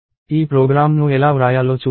ఈ ప్రోగ్రామ్ను ఎలా వ్రాయాలో చూద్దాం